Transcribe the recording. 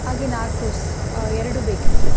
ಹಾಗೆ ನಾಕೋಸ್ ಎರಡು ಬೇಕಿತ್ತು